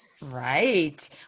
Right